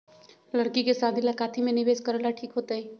लड़की के शादी ला काथी में निवेस करेला ठीक होतई?